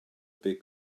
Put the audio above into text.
big